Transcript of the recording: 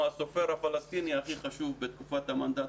הסופר הפלסטיני הכי חשוב בתקופת המנדט,